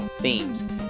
themes